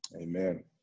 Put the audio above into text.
Amen